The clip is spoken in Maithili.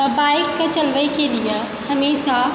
आओर बाइककेँ चलबैके लिए हमेशा